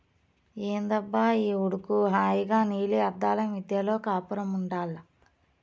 ఏందబ్బా ఈ ఉడుకు హాయిగా నీలి అద్దాల మిద్దెలో కాపురముండాల్ల